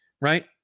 Right